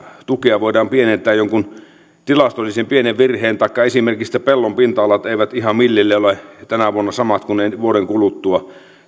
tukea voidaan pienentää jonkun tilastollisen pienen virheen takia taikka esimerkiksi siksi että pellon pinta alat eivät ihan millilleen ole tänä vuonna samat kuin vuoden kuluttua